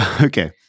Okay